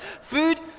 Food